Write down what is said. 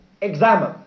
examine